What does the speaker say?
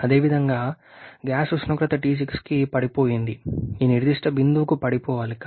అదేవిధంగా గ్యాస్ ఉష్ణోగ్రత T6కి పడిపోయింది ఈ నిర్దిష్ట బిందువుకు పడిపోవాలి